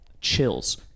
chills